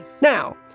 Now